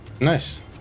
Nice